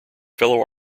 fellow